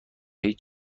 هیچ